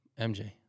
MJ